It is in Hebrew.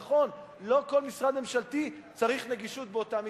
נכון, לא כל משרד ממשלתי צריך נגישות באותה מידה.